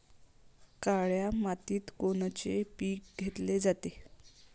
काळ्या मातीत कोनचे पिकं घेतले जाते?